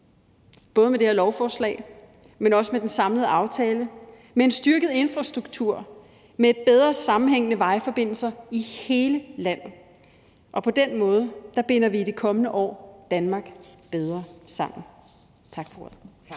både med det her lovforslag, men også med den samlede aftale om en styrket infrastruktur, om bedre sammenhængende vejforbindelser i hele landet, og på den måde binder vi i de kommende år Danmark bedre sammen. Tak for